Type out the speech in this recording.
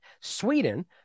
Sweden